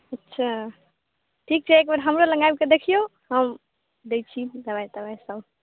अच्छा ठीक छै एकबेर हमरो लग आबिके देखियो हम दै छी दबाइ तबाइ सब